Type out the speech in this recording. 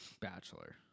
Bachelor